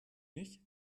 nicht